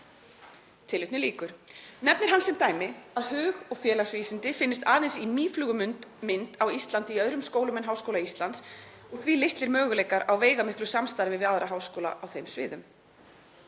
fáeinum sviðum?“ Nefnir hann sem dæmi að hug- og félagsvísindi finnist aðeins í mýflugumynd á Íslandi í öðrum skólum en Háskóla Íslands og því litlir möguleikar á veigamiklu samstarfi við aðra háskóla á þeim sviðum.